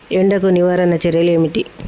ఎండకు నివారణ చర్యలు ఏమిటి?